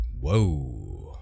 Whoa